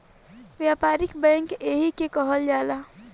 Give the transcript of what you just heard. व्यापारिक बैंक एही के कहल जाला